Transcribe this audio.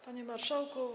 Panie Marszałku!